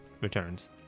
Returns